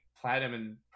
platinum